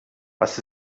was